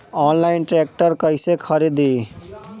Online tractor कैसे खरदी?